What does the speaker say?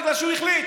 בגלל שהוא החליט.